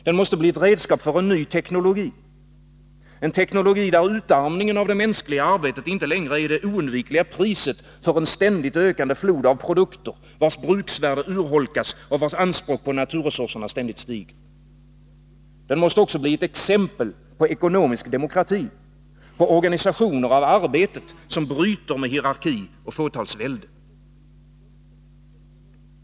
Den måste bli ett redskap för en ny teknologi — en teknologi där utarmningen av det mänskliga arbetet inte längre är det oundvikliga priset för en ständigt ökande flod av produkter, vars bruksvärde urholkas och vars anspråk på naturresurserna ständigt stiger. Den måste också bli ett exempel på ekonomisk demokrati, på organisationer av arbetet, som bryter med hierarki och fåtalsvälde.